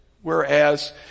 Whereas